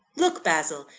look, basil!